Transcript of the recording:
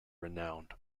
renowned